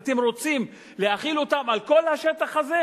אתם רוצים להחיל אותם על כל השטח הזה?